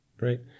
right